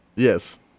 Yes